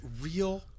real